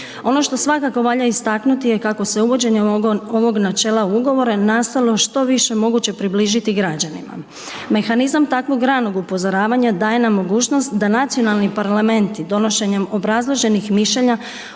Ono što svakako valja istaknuti je kako se uvođenjem ovog načela ugovora nastojalo što više moguće približiti građanima. Mehanizam takvog ranog upozoravanja daje nam mogućnost da nacionalni parlamenti donošenjem obrazloženih mišljenja